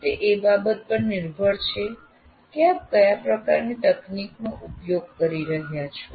તે એ બાબત પર નિર્ભર છે કે આપ કયા પ્રકારની તકનીકનો ઉપયોગ કરી રહ્યાં છો